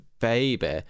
baby